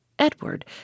Edward